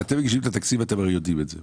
כאשר אתם מגישים את התקציב אתם הרי יודעים את זה.